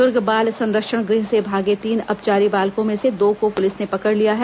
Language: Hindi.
दुर्ग बाल संरक्षण गृह से भागे तीन अपचारी बालकों में से दो को पुलिस ने पकड़ लिया है